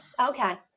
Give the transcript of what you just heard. okay